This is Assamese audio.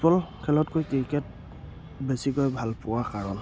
ফুটবল খেলতকৈ ক্ৰিকেট বেছিকৈ ভাল পোৱা কাৰণ